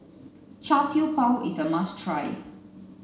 Char Siew Bao is a must try